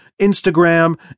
Instagram